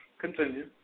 Continue